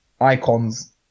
icons